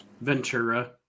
Ventura